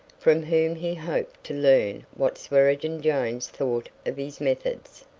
from whom he hoped to learn what swearengen jones thought of his methods.